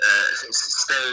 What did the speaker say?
stay